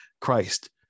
Christ